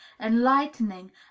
enlightening